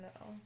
No